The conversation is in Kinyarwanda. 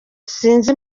sinzi